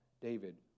David